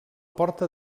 porta